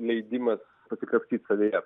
leidimas pasikapstyt savyje